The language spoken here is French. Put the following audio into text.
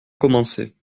commencer